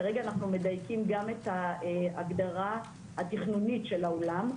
כרגע אנחנו מדייקים גם את ההגדרה התכנונית של האולם.